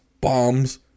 bombs